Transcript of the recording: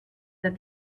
that